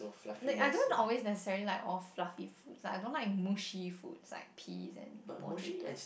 like I don't always necessarily like all fluffy foods like I don't like mushy foods like peas and potato